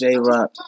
J-Rock